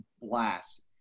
blast